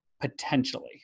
potentially